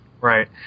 Right